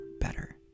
better